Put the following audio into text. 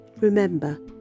Remember